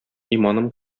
иманым